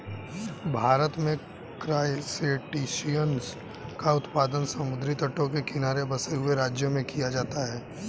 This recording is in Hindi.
भारत में क्रासटेशियंस का उत्पादन समुद्री तटों के किनारे बसे हुए राज्यों में किया जाता है